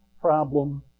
problem